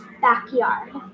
backyard